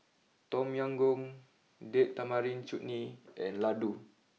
Tom Yam Goong date Tamarind Chutney and Ladoo